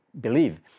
believe